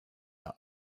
are